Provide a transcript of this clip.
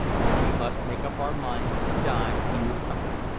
or we must make up our minds to die in your company.